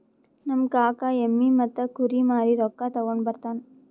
ನಮ್ ಕಾಕಾ ಎಮ್ಮಿ ಮತ್ತ ಕುರಿ ಮಾರಿ ರೊಕ್ಕಾ ತಗೊಂಡ್ ಬರ್ತಾನ್